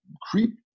Creep